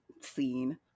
scene